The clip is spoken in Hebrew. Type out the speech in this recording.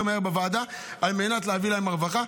מהר בוועדה על מנת להביא להם רווחה.